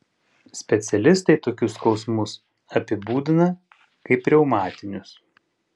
specialistai tokius skausmus apibūdina kaip reumatinius